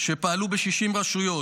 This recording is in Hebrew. שפעלו ב-60 רשויות.